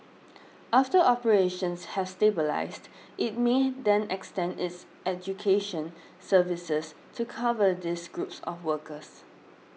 after operations have stabilised it may then extend its education services to cover these groups of workers